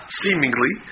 seemingly